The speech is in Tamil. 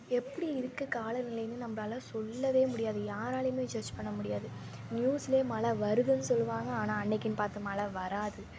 எப்படி இருக்குது காலநிலைனு நம்மளால சொல்ல முடியாது யாராலேயுமே ஜட்ஜ் பண்ணமுடியாது நியூஸ்லேயே மழை வருதுன்னு சொல்வாங்க ஆனால் அன்னைக்குனு பார்த்து மழை வராது